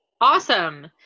awesome